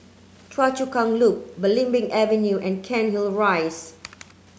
Choa Chu Kang Loop Belimbing Avenue and Cairnhill Rise